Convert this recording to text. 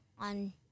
on